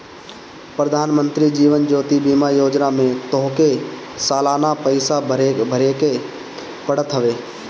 प्रधानमंत्री जीवन ज्योति बीमा योजना में तोहके सलाना पईसा भरेके पड़त हवे